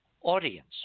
audience